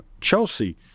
Chelsea